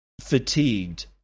fatigued